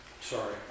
Sorry